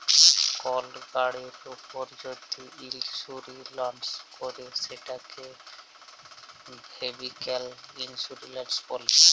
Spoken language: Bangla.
কল গাড়ির উপর যদি ইলসুরেলস ক্যরে সেটকে ভেহিক্যাল ইলসুরেলস ব্যলে